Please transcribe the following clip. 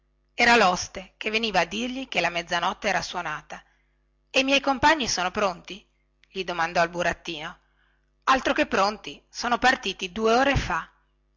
era loste che veniva a dirgli che la mezzanotte era suonata e i miei compagni sono pronti gli domandò il burattino altro che pronti sono partiti due ore fa